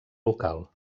local